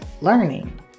Learning